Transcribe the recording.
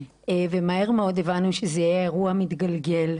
ומהר מאוד הבנו שזה יהיה אירוע מתגלגל,